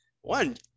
one